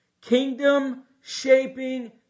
kingdom-shaping